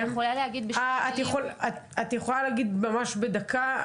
את יכולה להגיד ממש בדקה?